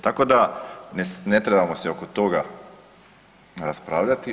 Tako da ne trebamo se oko toga raspravljati.